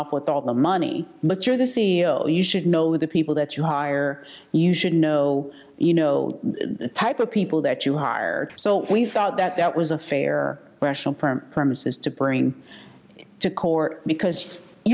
off with all the money but you're the c e o you should know the people that you hire you should know you know the type of people that you hired so we thought that that was a fair question from premises to bring to court because you